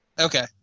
okay